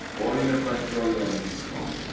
or in the factory or in his home.